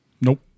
Nope